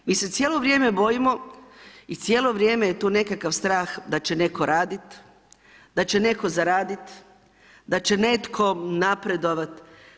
Mi se cijelo vrijeme bojimo i cijelo vrijeme je tu nekakav strah da će neko raditi, da će neko zaraditi, da će netko napredovat.